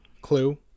Clue